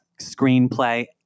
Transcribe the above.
screenplay